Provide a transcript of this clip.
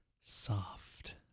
soft